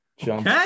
jump